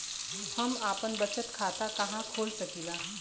हम आपन बचत खाता कहा खोल सकीला?